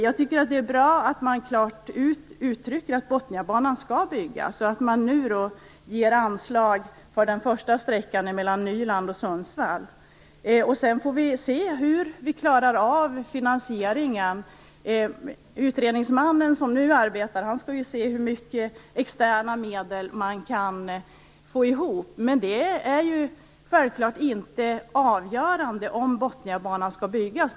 Jag tycker att det är bra att man klart uttrycker att Botniabanan skall byggas och ger anslag för den första sträckan mellan Nyland och Sundsvall. Sedan får vi ser hur vi klarar av finansieringen. Utredningsmannen som arbetar nu skall undersöka hur mycket externa medel det går att få ihop. Det är självfallet inte avgörande för om Botniabanan skall byggas.